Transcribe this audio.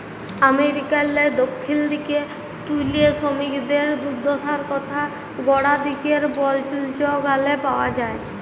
আমেরিকারলে দখ্খিল দিগে তুলে সমিকদের দুদ্দশার কথা গড়া দিগের বল্জ গালে পাউয়া যায়